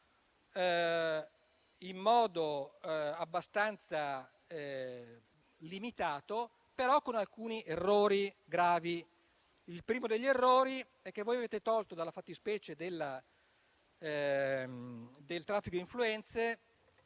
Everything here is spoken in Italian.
in modo abbastanza limitato, ma con alcuni gravi errori. Il primo degli errori è il fatto che avete tolto dalla fattispecie del traffico di influenze